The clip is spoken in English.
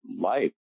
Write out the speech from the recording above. life